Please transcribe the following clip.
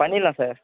பண்ணிரலாம் சார்